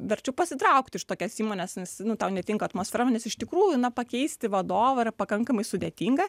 verčiau pasitraukti iš tokios įmonės nes nu tau netinka atmosfera nes iš tikrųjų na pakeisti vadovą yra pakankamai sudėtinga